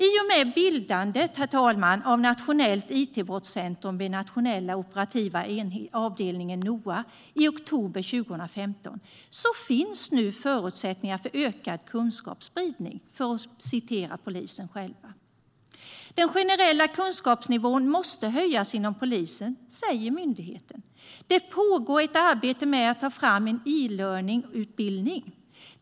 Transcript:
I och med bildandet av Nationellt it-brottscentrum vid Nationella operativa avdelningen, NOA, i oktober 2015 "finns nu förutsättningar för ökad kunskapsspridning", för att citera vad polisen själva säger. Den generella kunskapsnivån måste höjas inom polisen, säger myndigheten. Det pågår ett arbete med att ta fram en e-learningutbildning.